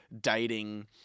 dating